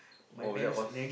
oh that was